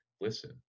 listen